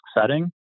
setting